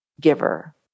giver